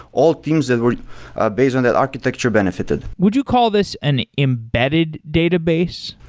all teams that were ah based on that architecture benefited. would you call this an embedded database?